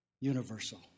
universal